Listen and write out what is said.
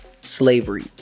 slavery